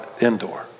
indoor